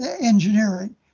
engineering